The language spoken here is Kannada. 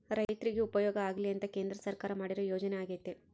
ರೈರ್ತಿಗೆ ಉಪಯೋಗ ಆಗ್ಲಿ ಅಂತ ಕೇಂದ್ರ ಸರ್ಕಾರ ಮಾಡಿರೊ ಯೋಜನೆ ಅಗ್ಯತೆ